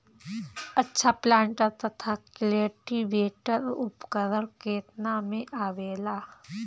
अच्छा प्लांटर तथा क्लटीवेटर उपकरण केतना में आवेला?